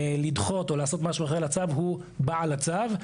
לדחות או לעשות משהו אחר לצו הוא בעל הצו.